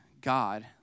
God